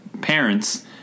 parents